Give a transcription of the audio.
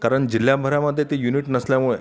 कारण जिल्ह्याभरामध्ये ते युनिट नसल्यामुळे